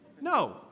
No